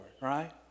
right